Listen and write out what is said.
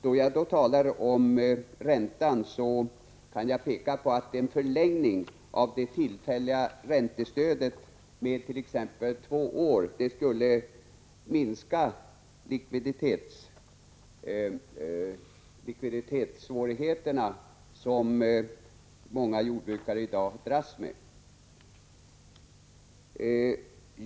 Då jag talar om räntan kan jag peka på att en förlängning av systemet med det tillfälliga räntestödet med t.ex. två år skulle minska de likviditetssvårigheter som många jordbrukare i dag dras med.